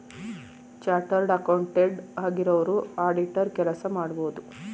chartered accountant ಆಗಿರೋರು auditor ಕೆಲಸ ಮಾಡಬೋದು